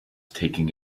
taking